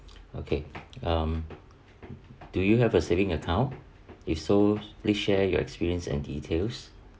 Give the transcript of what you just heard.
okay um do you have a saving account if so please share your experiences and details